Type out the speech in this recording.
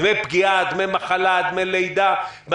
דמי פגיעה, דמי מחלה, דמי לידה.